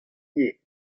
ivez